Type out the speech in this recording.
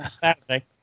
Saturday